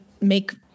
make